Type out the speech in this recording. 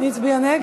מי הצביע נגד?